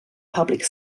public